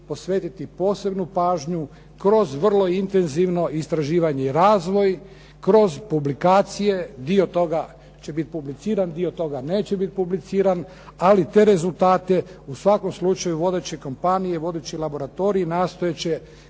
posvetiti posebnu pažnju kroz vrlo intenzivno istraživanje i razvoj, kroz publikacije, dio toga će biti publiciran, dio toga neće biti publiciran, ali te rezultate u svakom slučaju vodeće kompanije, vodeći laboratoriji nastojati